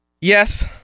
Yes